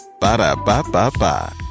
Ba-da-ba-ba-ba